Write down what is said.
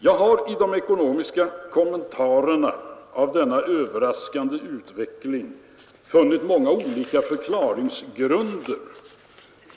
Jag har i de ekonomiska kommentarerna till denna överraskande utveckling funnit många olika förklaringsgrunder.